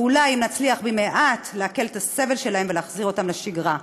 ואולי נצליח להקל במעט את הסבל שלהם ולהחזיר אותם לשגרה.